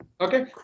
Okay